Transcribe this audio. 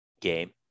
game